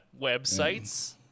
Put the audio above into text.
websites